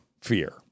fear